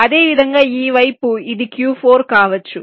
అదేవిధంగా ఈ వైపు ఇది Q4 కావచ్చు